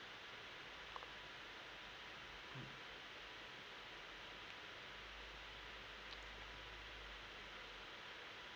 mm